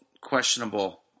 questionable